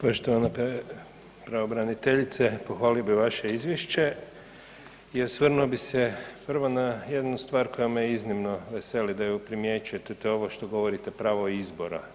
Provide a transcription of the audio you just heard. Poštovana pravobraniteljice, pohvalio bi vaše izvješće i osvrnuo bi se prvo na jednu stvar koja me iznimno veseli da ju primjećujete, to ovo što govorite, pravo izbora.